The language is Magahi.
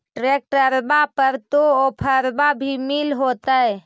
ट्रैक्टरबा पर तो ओफ्फरबा भी मिल होतै?